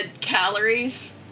calories